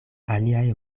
aliaj